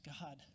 God